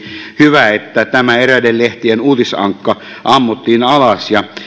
hyvä että tämä eräiden lehtien uutisankka ammuttiin alas ja